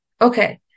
okay